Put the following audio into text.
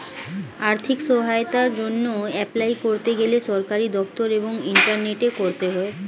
আর্থিক সহায়তার জন্যে এপলাই করতে গেলে সরকারি দপ্তর এবং ইন্টারনেটে করতে হয়